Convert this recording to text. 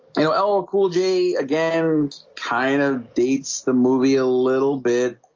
you know ah ll ah cool j again and kind of dates the movie a little bit